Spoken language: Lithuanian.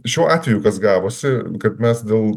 šiuo atveju kas gavosi kad mes dėl